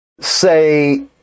say